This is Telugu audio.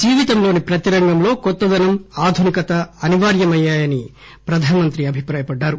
జీవితంలోని ప్రతిరంగంలో కొత్తదనం ఆధునికత అనివార్యమయ్యాయని ప్రధానమంత్రి అభిప్రాయపడ్డారు